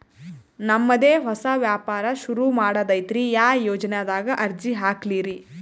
ನಮ್ ದೆ ಹೊಸಾ ವ್ಯಾಪಾರ ಸುರು ಮಾಡದೈತ್ರಿ, ಯಾ ಯೊಜನಾದಾಗ ಅರ್ಜಿ ಹಾಕ್ಲಿ ರಿ?